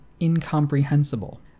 incomprehensible